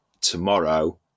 tomorrow